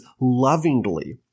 lovingly